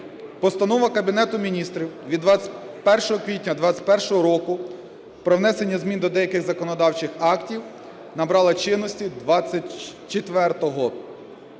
Постанова Кабінету Міністрів від 21 квітня 21-го року про внесення змін до деяких законодавчих актів набрала чинності 24-го…